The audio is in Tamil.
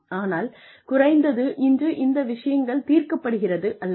ஆனால் குறைந்தது இன்று இந்த விஷயங்கள் தீர்க்கப்படுகிறது அல்லவா